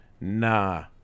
nah